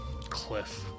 cliff